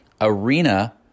Arena